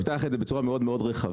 נפתח את זה בצורה מאוד מאוד רחבה,